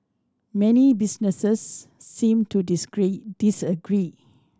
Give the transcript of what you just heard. many businesses seem to disagree